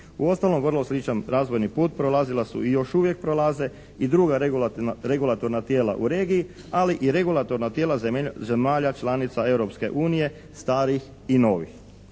Uostalom, vrlo sličan razvojni put prolazila su i još uvijek prolaze i druga regulatorna tijela u regiji ali i regulatorna tijela zemalja članica Europske unije starih i novih.